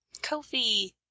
Kofi